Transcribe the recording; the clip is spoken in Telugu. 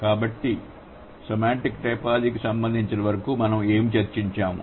కాబట్టి సెమాంటిక్ టైపోలాజీకి సంబంధించినంతవరకు మనం ఏమి చర్చించాము